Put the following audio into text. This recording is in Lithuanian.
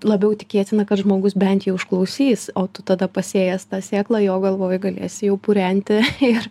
labiau tikėtina kad žmogus bent jau išklausys o tu tada pasėjęs tą sėklą jo galvoj galėsi jau purenti ir